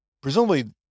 Presumably